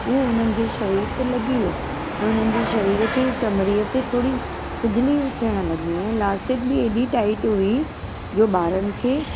हूअ हुननि जे शरीर ते लॻी वियो ऐं हुननि जे शरीर खे चमड़ीअ ते थोरी खुजली थियणु लॻी ऐं इलास्टिक बि एॾी टाइट हुई जो ॿारनि खे